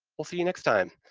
we'll see you next time,